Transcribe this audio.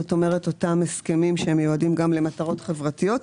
זאת אומרת אותם הסכמים שמיועדים גם למטרות חברתיות.